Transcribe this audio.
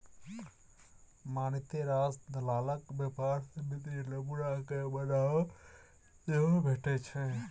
मारिते रास दलालक व्यवहार सँ वित्तीय नमूना कए बढ़ावा सेहो भेटै छै